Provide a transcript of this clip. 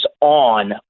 on